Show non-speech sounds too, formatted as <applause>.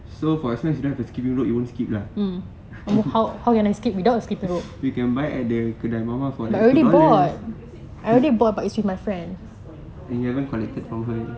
so for as long as you don't have a skipping rod you won't skip lah <laughs> you can buy at the kedai mamak for two dollars and you haven't collected from her